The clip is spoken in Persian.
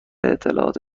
اطلاعات